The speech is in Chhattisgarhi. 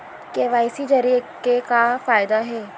के.वाई.सी जरिए के का फायदा हे?